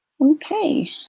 Okay